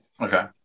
Okay